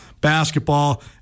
basketball